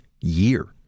year